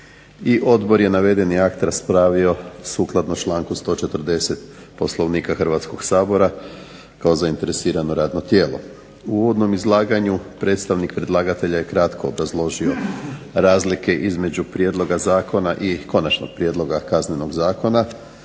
odbor je navedeni akt raspravio sukladno članku 140. Poslovnika Hrvatskog sabora, kao zainteresirano radno tijelo. U uvodnom izlaganju predstavnik predlagatelja je kratko obrazložio razlike između prijedloga zakona i konačnog prijedloga Kaznenog zakona,